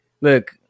look